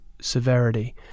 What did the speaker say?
severity